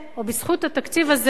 או בזכות התקציב הזה,